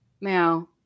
Now